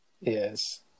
Yes